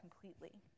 completely